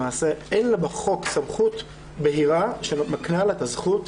למעשה אין לה בחוק סמכות בהירה שמקנה לה את הזכות